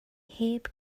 heb